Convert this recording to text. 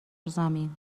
زمین